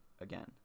again